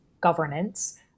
governance